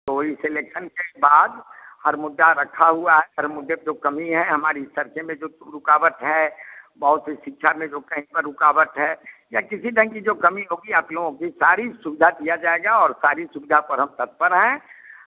तो वही उस इलेक्शन के बाद हर मुद्दा रखा हुआ है सर मुद्दा जो कमी है हमारी सर से में जो रुकावट है बोहौत ही शिक्षा में तो कहीं पर रुकावट है या किसी ढंग की जो कमी होगी अपनों की सारी सुविधा दिया जाएगा और सारी सुविधा पर हम तत्पर हैं